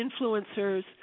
influencers